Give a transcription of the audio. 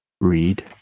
read